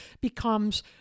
becomes